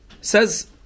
Says